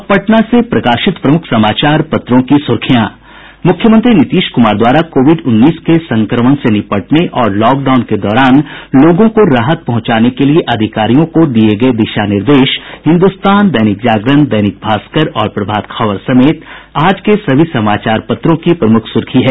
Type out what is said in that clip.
अब पटना से प्रकाशित प्रमुख समाचार पत्रों की सुर्खियां मुख्यमंत्री नीतीश कुमार द्वारा कोविड उन्नीस के संक्रमण से निपटने और लॉकडाउन के दौरान लोगों को राहत पहुंचाने के लिये अधिकारियों को दिये गये दिशा निर्देश हिन्दुस्तान दैनिक जागरण दैनिक भास्कर और प्रभात खबर समेत आज के सभी समाचार पत्रों की प्रमुख सुर्खी है